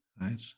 right